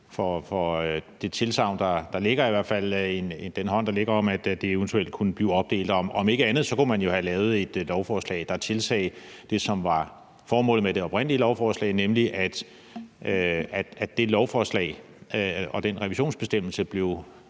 for det tilsagn, der i hvert fald ligger, om, at det eventuelt kunne blive opdelt. Om ikke andet kunne man jo have lavet et lovforslag, der er indeholdt det, som var formålet med det oprindelige lovforslag, nemlig at det lovforslag og den revisionsbestemmelse i